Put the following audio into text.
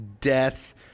death